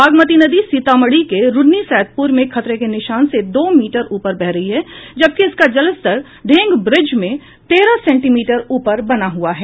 बागमती नदी सीतामढ़ी के रून्नी सैदपुर में खतरे के निशान से दो मीटर ऊपर बह रही है जबकि इसका जलस्तर ढेंग ब्रिज मे तेरह सेंटीमीटर ऊपर बना हुआ है